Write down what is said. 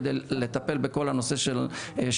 כדי לטפל בכל הנושא שלהם,